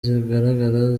zizagaragara